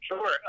sure